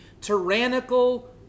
tyrannical